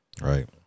right